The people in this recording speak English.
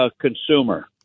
consumer